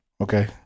Okay